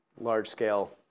large-scale